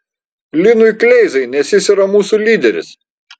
linui kleizai nes jis yra mūsų lyderis